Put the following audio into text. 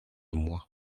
moi